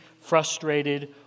frustrated